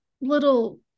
little